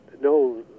no